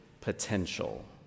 potential